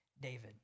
David